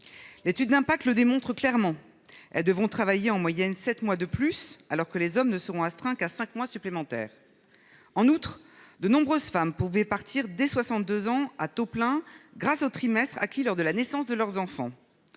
L'étude d'impact, le démontre clairement. Devront travailler en moyenne sept mois de plus alors que les hommes ne seront astreints qu'à cinq mois supplémentaires. En outre, de nombreuses femmes pouvaient partir dès 62 ans à taux plein grâce au trimestre acquis lors de la naissance de leurs enfants.